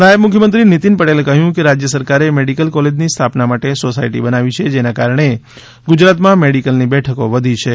નાયબ મુખ્યમંત્રી નીતિન પટેલે કહ્યું કે રાજ્ય સરકારે મેડીકલ કોલેજની સ્થાપના માટે સોસાયટી બનાવી છે જેના કારણે ગુજરાતમાં મેડીકલની બેઠકો વધી છે